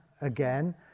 again